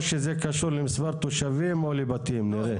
או שזה קשור למספר תושבים או לבתים, נראה.